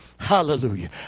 Hallelujah